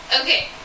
Okay